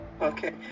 Okay